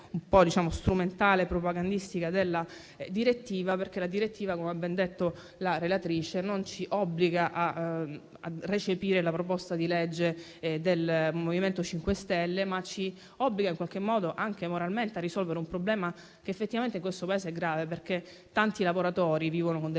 un po' strumentale e propagandistica della direttiva. Quest'ultima - come ha ben detto la relatrice - non ci obbliga a recepire la proposta di legge del MoVimento 5 Stelle, ma ci obbliga, anche moralmente, a risolvere un problema che effettivamente in questo Paese è grave, perché tanti lavoratori vivono con delle